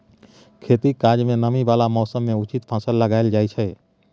खेतीक काज मे नमी बला मौसम मे उचित फसल लगाएल जाइ छै